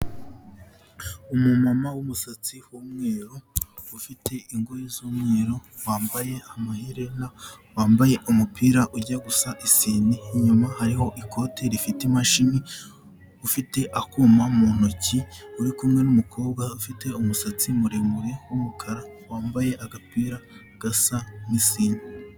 Umumama w'umusatsi w'umweru, ufite ingoyi z'umweru, wambaye amaherena, wambaye umupira ujya gusa isine, inyuma hariho ikote rifite imashini, ufite akuma mu ntoki, uri kumwe n'umukobwa ufite umusatsi muremure w'umukara, wambaye agapira gasa n'isine.